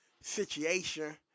situation